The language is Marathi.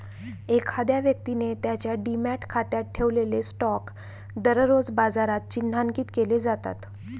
एखाद्या व्यक्तीने त्याच्या डिमॅट खात्यात ठेवलेले स्टॉक दररोज बाजारात चिन्हांकित केले जातात